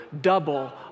double